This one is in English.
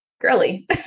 girly